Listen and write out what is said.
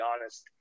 honest